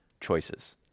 choices